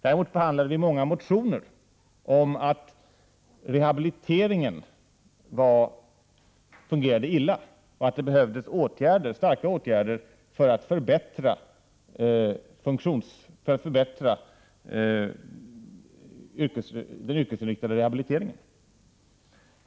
Däremot behandlade vi många motioner som handlade om att rehabiliteringen fungerade dåligt och att det behövdes kraftiga åtgärder för att man skulle kunna förbättra den yrkesinriktade rehabiliteringen.